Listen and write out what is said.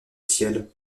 ciel